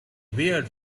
weird